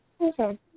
Okay